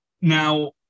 Now